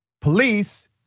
police